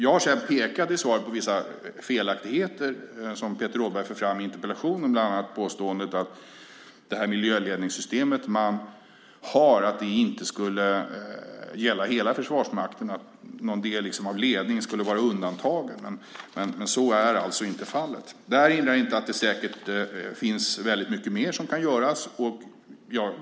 I svaret pekar jag på vissa felaktigheter som Peter Rådberg för fram i interpellationen, bland annat påståendet att det miljöledningssystem man har inte gäller hela Försvarsmakten, att någon del av ledningen liksom är undantagen. Så är alltså inte fallet. Det hindrar inte att väldigt mycket mer - så är det säkert - kan göras.